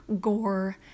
gore